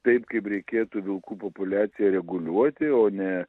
taip kaip reikėtų vilkų populiaciją reguliuoti o ne